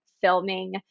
filming